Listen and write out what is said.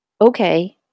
Okay